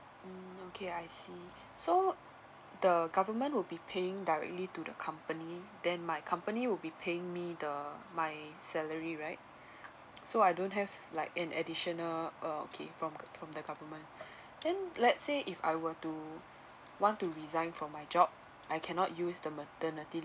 mm okay I see so the government will be paying directly to the company then my company will be paying me the my salary right so I don't have like an additional uh okay from from the government then let's say if I were to want to resign from my job I cannot use the maternity